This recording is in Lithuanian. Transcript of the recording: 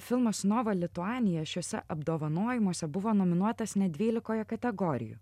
filmas nova lituanija šiuose apdovanojimuose buvo nominuotas net dvylikoje kategorijų